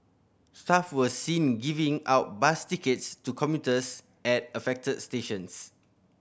staff were seen giving out bus tickets to commuters at affected stations